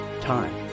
time